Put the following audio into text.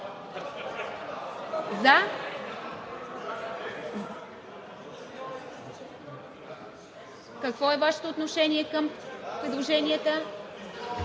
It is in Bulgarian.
какво е Вашето отношение към предложенията?